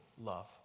love